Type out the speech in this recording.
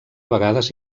vegades